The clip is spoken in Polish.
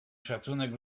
szacunek